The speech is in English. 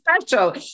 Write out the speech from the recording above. special